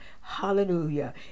hallelujah